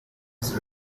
his